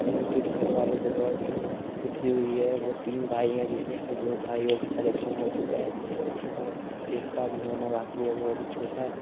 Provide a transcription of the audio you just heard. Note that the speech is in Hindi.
उनके घर वालों को बहुत खुशी हुई है वह तीन भाई हैं जिसमें से दो भाइयों का सेलेक्शन हो चुका है और एक का अभी होना बाकी है वह अभी छोटा है